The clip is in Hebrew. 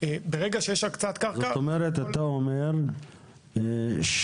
ברגע שיש הקצאת קרקע, אפשר להתחיל.